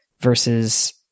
versus